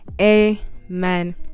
amen